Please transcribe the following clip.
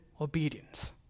obedience